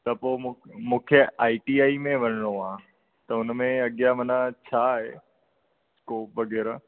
त पोइ मु मूंखे आइ टी आइ में वञिणो आहे त हुनमें अॻियां मन छा आहे स्कोप वग़ैरह